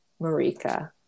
Marika